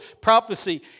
prophecy